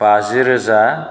बाजि रोजा